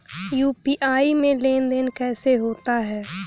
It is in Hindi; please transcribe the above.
यू.पी.आई में लेनदेन कैसे होता है?